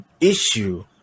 issue